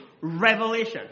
Revelation